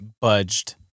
budged